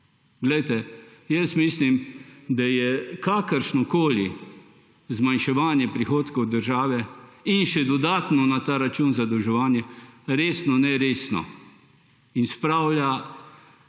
odplačevali. Mislim, da je kakršnokoli zmanjševanje prihodkov države in še dodatno na ta račun zadolževanje resno neresno in spravlja